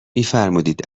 فرمودید